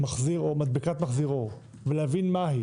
מדבקת מחזיר אור ולהבין מהי